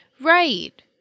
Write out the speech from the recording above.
Right